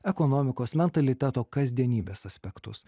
ekonomikos mentaliteto kasdienybės aspektus